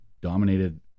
dominated